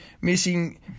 missing